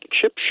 chip